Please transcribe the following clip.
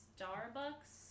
Starbucks